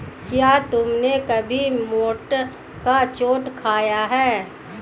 क्या तुमने कभी मोठ का चाट खाया है?